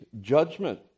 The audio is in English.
judgment